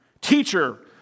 Teacher